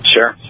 Sure